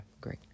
great